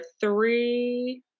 three